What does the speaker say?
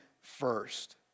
first